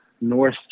north